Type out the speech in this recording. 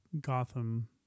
Gotham